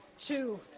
two